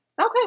Okay